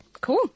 cool